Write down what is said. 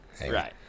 right